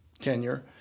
tenure